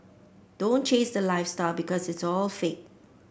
don't chase the lifestyle because it's all fake